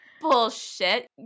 Bullshit